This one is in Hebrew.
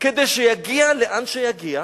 כדי שיגיע לאן שיגיע,